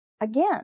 again